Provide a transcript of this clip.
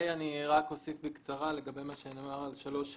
אני רק אוסיף בקצרה לגבי מה שנאמר לגבי סעיף (3)(ה).